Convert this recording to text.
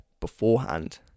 beforehand